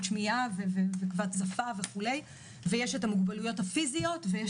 שמיעה וכבד שפה וכו' ויש את המוגבלויות הפיסיות ויש